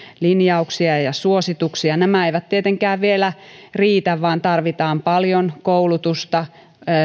linjauksia ja suosituksia nämä eivät tietenkään vielä riitä vaan tarvitaan paljon koulutusta